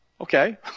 Okay